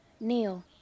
Neil